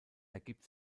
ergibt